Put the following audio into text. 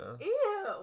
Ew